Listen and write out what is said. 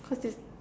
cos is